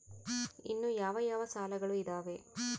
ಇನ್ನು ಯಾವ ಯಾವ ಸಾಲಗಳು ಇದಾವೆ?